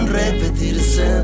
repetirse